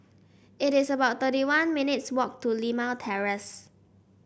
it is about thirty one minutes' walk to Limau Terrace